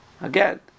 Again